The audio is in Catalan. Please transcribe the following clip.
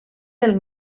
del